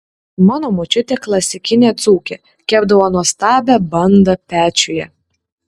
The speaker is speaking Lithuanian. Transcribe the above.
mano močiutė klasikinė dzūkė kepdavo nuostabią bandą pečiuje